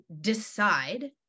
decide